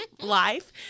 life